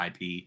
IP